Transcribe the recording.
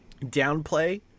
downplay